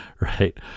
right